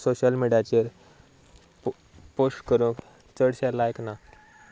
social मिडियाचेर post करूंक चडशें लायक ना